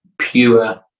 pure